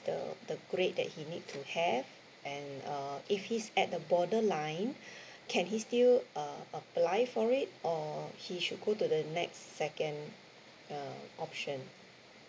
the the grade that he need to have and uh if he's at the border line can he still uh apply for it or he should go to the next second uh option